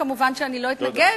כמובן אני לא אתנגד,